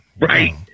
right